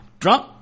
Trump